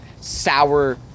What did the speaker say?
sour